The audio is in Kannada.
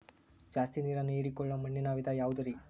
ಜಾಸ್ತಿ ನೇರನ್ನ ಹೇರಿಕೊಳ್ಳೊ ಮಣ್ಣಿನ ವಿಧ ಯಾವುದುರಿ?